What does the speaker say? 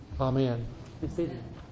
Amen